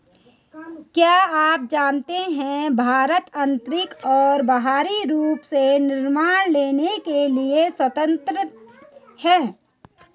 क्या आप जानते है भारत आन्तरिक और बाहरी रूप से निर्णय लेने के लिए स्वतन्त्र है?